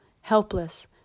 helpless